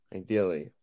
ideally